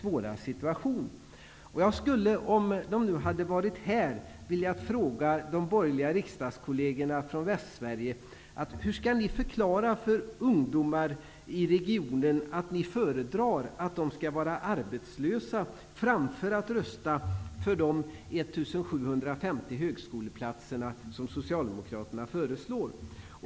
Västsverige hade varit här skulle jag vilja fråga: Hur skall ni förklara för ungdomar i regionen att ni föredrar att de skall vara arbetslösa framför att rösta för de 1 750 högskoleplatser som Socialdemokraterna föreslår?